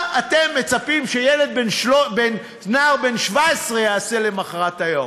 מה אתם מצפים שנער בן 17 יעשה למחרת היום?